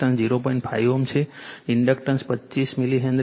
5 Ω છે inductance 25 millihenry છે